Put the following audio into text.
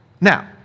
Now